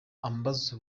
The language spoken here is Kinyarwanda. ambaza